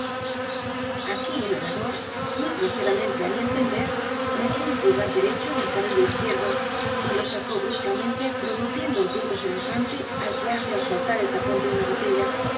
aquí el orador muy groseramente á mi entender metió su pulgar derecho en el carrillo izquierdo y lo sacó bruscamente produciendo un ruido semejante al que hace al saltar el tapón de una botella